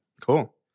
cool